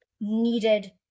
needed